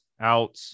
out